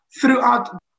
throughout